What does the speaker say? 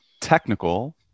technical